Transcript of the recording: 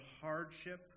hardship